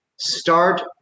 start